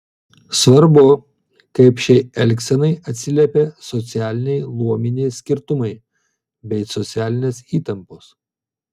svarbu kaip šiai elgsenai atsiliepė socialiniai luominiai skirtumai bei socialinės įtampos